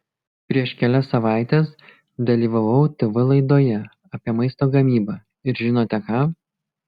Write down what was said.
prieš kelias savaites dalyvavau tv laidoje apie maisto gamybą ir žinote ką